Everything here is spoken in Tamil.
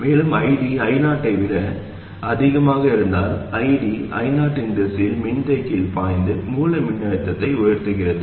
மேலும் ID I0 ஐ விட அதிகமாக இருந்தால் ID I0 இந்த திசையில் மின்தேக்கியில் பாய்ந்து மூல மின்னழுத்தத்தை உயர்த்துகிறது